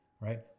right